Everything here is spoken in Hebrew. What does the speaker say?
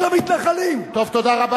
רק למתנחלים, טוב, תודה רבה.